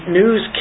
news